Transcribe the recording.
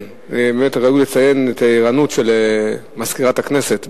ראוי לציין את הערנות של מזכירת הכנסת בנושא.